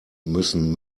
müssen